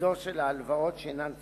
מזו של הלוואות שאינן צמודות.